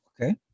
Okay